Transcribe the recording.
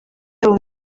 yabo